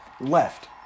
Left